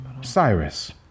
Cyrus